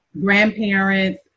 grandparents